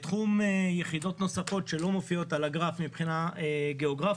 בתחום יחידות נוספות שלא מופיעות על הגרף מבחינה גיאוגרפית,